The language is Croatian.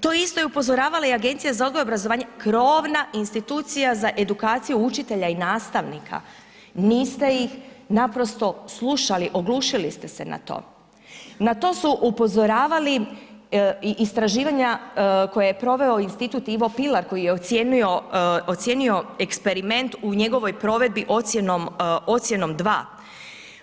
To je isto i upozoravala i Agencija za odgoj i obrazovanje, krovna institucija za edukaciju učitelja i nastavnika, niste ih naprosto slušali, oglušili ste ih na to, na to su upozoravali i istraživanja koje je proveo Institut Ivo Pilar koji je ocijenio, ocijenio eksperiment u njegovoj provedbi ocjenom, ocjenom 2.